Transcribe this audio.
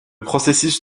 processus